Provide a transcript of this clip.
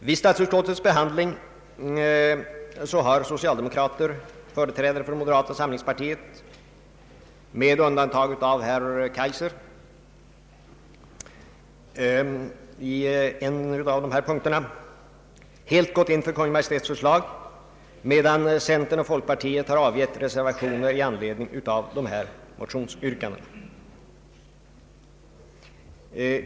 Vid statsutskottets behandling av detta ärende har socialdemokrater och företrädare för moderata samlingspartiet — med undantag av herr Kaijser på en punkt — helt gått in för Kungl. Maj:ts förslag, medan centerns och folkpartiets företrädare har avgivit reservationer i anledning av dessa motionsyrkanden.